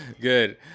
Good